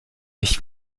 ich